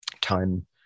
time